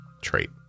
trait